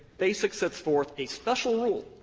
basic sets forth a special rule.